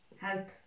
help